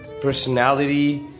personality